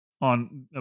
on